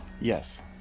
Yes